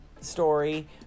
story